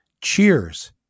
cheers